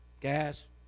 gas